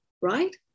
Right